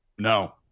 No